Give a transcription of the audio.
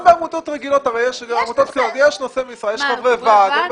גם בעמותות אחרות יש נושא משרה ויש חברי ועד שהם